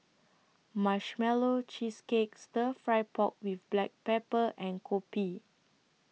Marshmallow Cheesecake Stir Fry Pork with Black Pepper and Kopi